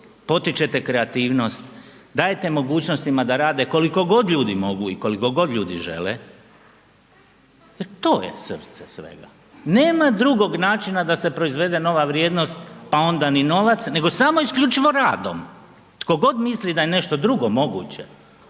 potičete kreativnost, dajete mogućnostima da rade koliko god ljudi mogu i koliko god ljudi žele jer to je srce svega. Nema drugog načina da se proizvede nova vrijednost, pa onda ni novac, nego samo isključivo radom. Tko god misli da je nešto drugo moguće